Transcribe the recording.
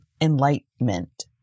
enlightenment